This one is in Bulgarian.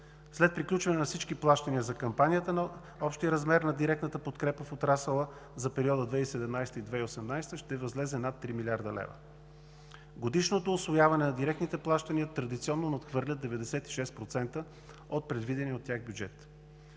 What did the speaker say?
След приключване на всички плащания за кампанията общият размер на директната подкрепа в отрасъла за периода 2017 – 2018 г. ще възлезе над 3 млрд. лв. Годишното усвояване на директните плащания традиционно надхвърлят 96% от предвидения от тях бюджет.